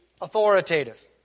authoritative